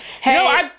hey